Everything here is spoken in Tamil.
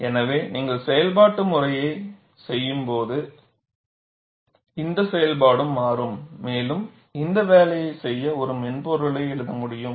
எனவே நீங்கள் செயல்பாட்டு செயல்முறையைச் செய்யும்போது இந்த செயல்பாடும் மாறும் மேலும் இந்த வேலையைச் செய்ய ஒரு மென்பொருளை எழுத முடியும்